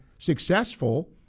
successful